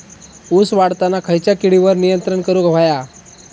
ऊस वाढताना खयच्या किडींवर नियंत्रण करुक व्हया?